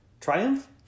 triumph